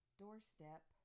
doorstep